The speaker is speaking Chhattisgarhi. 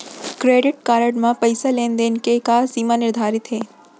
क्रेडिट कारड म पइसा लेन देन के का सीमा निर्धारित हे?